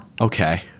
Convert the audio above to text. Okay